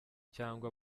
cyangwa